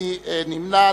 מי נמנע?